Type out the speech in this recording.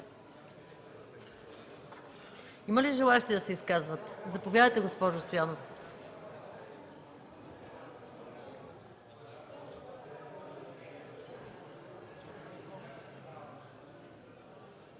има ли желаещи да се изкажат? Заповядайте, госпожо Стоянова.